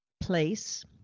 place